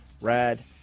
rad